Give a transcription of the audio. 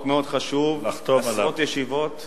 חוק מאוד חשוב, עשרות ישיבות.